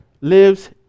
lives